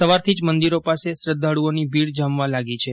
સવારથી જ મંદિરો પાસે શ્રદ્ધાળુઓની ભીડ જામવા લાગી છે